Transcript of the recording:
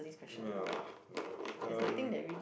ya [oh]-my-gosh um